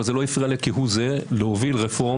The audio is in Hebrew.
אבל זה לא הפריע לו כהוא זה להוביל רפורמה,